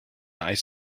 ice